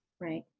Right